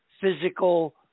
physical